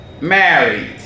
married